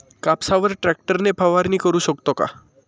कापसावर ट्रॅक्टर ने फवारणी करु शकतो का?